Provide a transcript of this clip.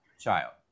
child